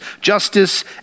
justice